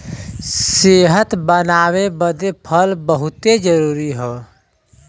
सेहत बनाए बदे फल बहुते जरूरी हौ